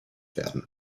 werden